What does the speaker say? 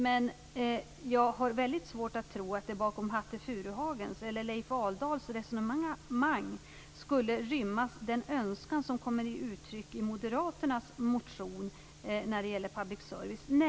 Jag har ändå väldigt svårt att tro att det bakom Hatte Furuhagens eller Leif Aldals resonemang skulle rymmas den önskan som kommer till uttryck i moderaternas motion om public service.